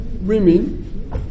women